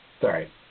Sorry